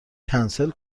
کنسل